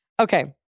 Okay